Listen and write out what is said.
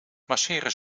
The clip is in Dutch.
masseren